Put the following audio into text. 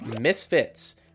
Misfits